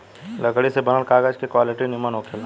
लकड़ी से बनल कागज के क्वालिटी निमन होखेला